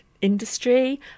industry